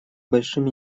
большим